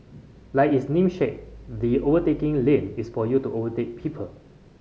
like its namesake the overtaking lane is for you to overtake people